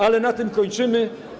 Ale na tym kończymy.